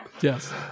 yes